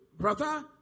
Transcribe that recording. brother